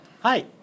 Hi